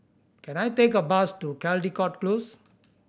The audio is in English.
can I take a bus to Caldecott Close